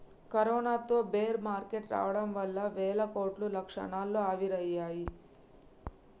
కరోనాతో bear market రావడం వల్ల వేల కోట్లు క్షణాల్లో ఆవిరయ్యాయి